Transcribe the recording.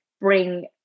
bring